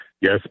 Yes